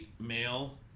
male